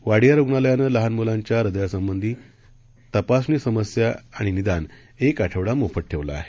वाडिया रुग्णालयानं लहान मुलांच्या हृदयासंबधी तपासणी समस्या आणि निदान एक आठवडा मोफत ठेवलं आहे